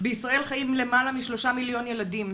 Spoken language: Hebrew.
בישראל חיים למעלה מ-3 מיליון ילדים,